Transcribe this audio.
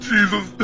Jesus